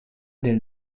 del